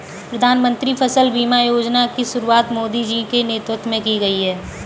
प्रधानमंत्री फसल बीमा योजना की शुरुआत मोदी जी के नेतृत्व में की गई है